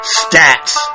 stats